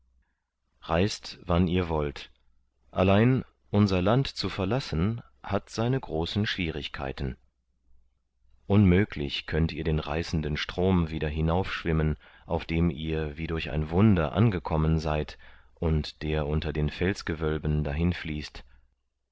reist wann ihr wollt allein unser land zu verlassen hat seine großen schwierigkeiten unmöglich könnt ihr den reißenden strom wieder hinaufschwimmen auf dem ihr wie durch ein wunder angekommen seid und der unter den felsgewölben dahinfließt